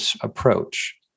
approach